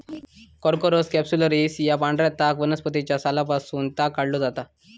Corchorus capsularis या पांढऱ्या ताग वनस्पतीच्या सालापासून ताग काढलो जाता